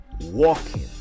walking